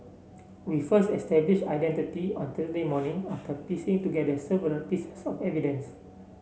we first established identity on Thursday morning after piecing together several pieces of evidence